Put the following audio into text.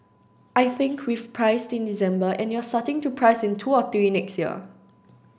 I think we've priced in December and you're starting to price in two or three next year